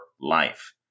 life